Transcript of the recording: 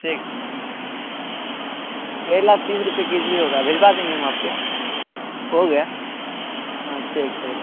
ठीक करेला तीस रुपये के जी होगा भेजवा देंगे हम आपको हो गया हाँ ठीक ठीक